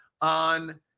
on